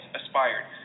aspired